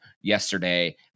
yesterday